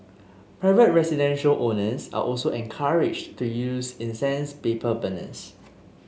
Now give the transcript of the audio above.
private residential owners are also encouraged to use incense paper burners